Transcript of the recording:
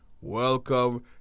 welcome